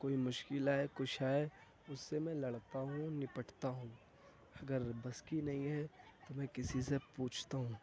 کوئی مشکل آئے کچھ آئے اس سے میں لڑتا ہوں نپٹتا ہوں اگر بس کی نہیں ہے تو میں کسی سے پوچھتا ہوں